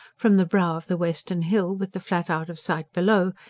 from the brow of the western hill, with the flat out of sight below,